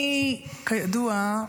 אני, כידוע,